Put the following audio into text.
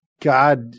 God